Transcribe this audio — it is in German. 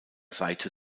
seite